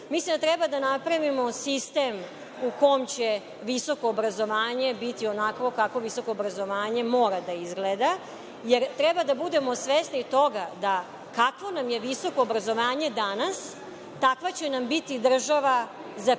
Mislim da treba da napravimo sistem u kom će visoko obrazovanje biti onakvo kako visoko obrazovanje mora da izgleda jer treba da budemo svesni toga da kakvo nam je visoko obrazovanje danas, takva će nam biti država za pet,